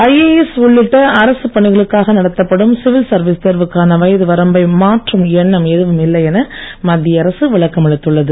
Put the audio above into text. IAS உள்ளிட்ட அரசு பணிகளுக்காக நடத்தப்படும் சிவில் சர்வீஸ் தேர்வுக்கான வயது வரம்பை மாற்றும் எண்ணம் எதுவும் இல்லை என மத்திய அரசு விளக்கம் அளித்துள்ளது